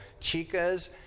chicas